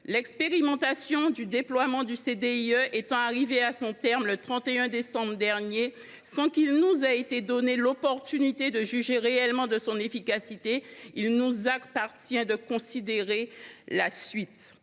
L’expérimentation du déploiement du CDIE étant arrivée à son terme le 31 décembre dernier sans que nous ait été donnée l’occasion de juger réellement de son efficacité, il nous appartient de considérer la suite.